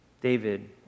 David